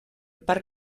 parc